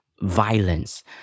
violence